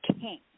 king